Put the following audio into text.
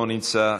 לא נמצא,